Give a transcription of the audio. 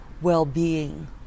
well-being